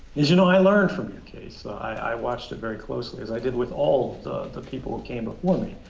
is, you know i learned from your case. i watched that very closely, as i did with all the people who came before me.